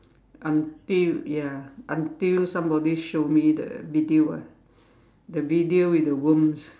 until ya until somebody show me the video ah the video with the worms